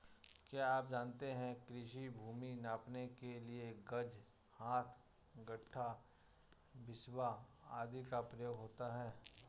क्या आप जानते है कृषि भूमि नापने के लिए गज, हाथ, गट्ठा, बिस्बा आदि का प्रयोग होता है?